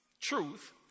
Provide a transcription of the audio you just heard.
truth